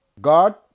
God